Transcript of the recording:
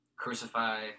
Crucify